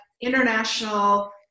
international